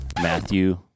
Matthew